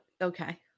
okay